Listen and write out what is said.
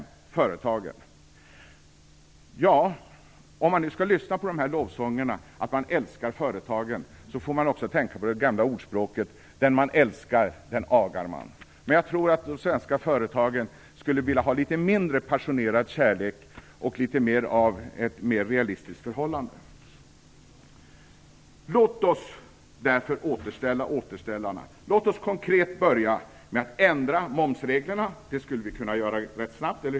Jo, av företagen. Om man nu skall lyssna på de här lovsångerna om att man älskar företagen, får man också tänka på det gamla ordspråket: Den man älskar agar man. Men jag tror att de svenska företagen skulle vilja ha litet mindre passionerad kärlek och ett litet mer realistiskt förhållande. Låt oss därför återställa återställarna! Låt oss konkret börja med att ändra momsreglerna! Det skulle vi kunna göra rätt snabbt.